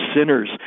sinners